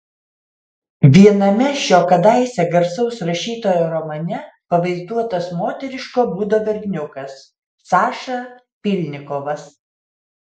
viename šio kadaise garsaus rašytojo romane pavaizduotas moteriško būdo berniukas saša pylnikovas